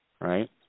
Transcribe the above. right